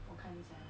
我看一下